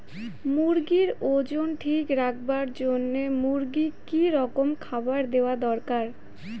মুরগির ওজন ঠিক রাখবার জইন্যে মূর্গিক কি রকম খাবার দেওয়া দরকার?